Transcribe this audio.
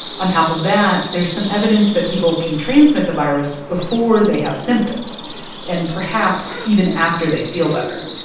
on top of that, there's some evidence that people can transmit the virus before they have symptoms and, perhaps, even after they feel better.